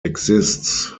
exits